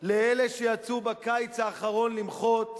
לאלה שיצאו בקיץ האחרון למחות.